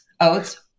oats